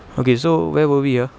okay so where were we ah